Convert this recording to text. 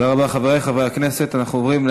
הודעה של מזכירות הכנסת, בבקשה.